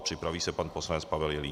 A připraví se pan poslanec Pavel Jelínek.